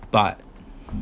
but